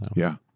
yeah.